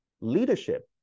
Leadership